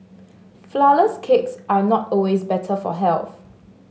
flourless cakes are not always better for health